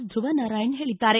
ಧ್ವವನಾರಾಯಣ ಹೇಳಿದ್ದಾರೆ